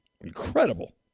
incredible